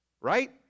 Right